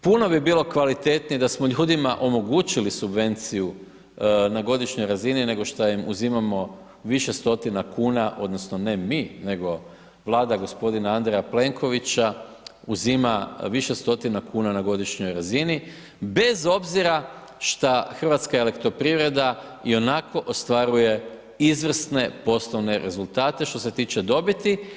Puno bi bilo kvalitetnije da smo ljudima omogućili subvenciju na godišnjoj razini, nego što im uzimamo više stotina kuna, onda, ne mi nego vlada gospodina Andreja Plenkovića uzima više stotina kuna na godišnjoj razini, bez obzira što HEP ionako ostvaruje izvrsne poslove rezultate što se tiče dobiti.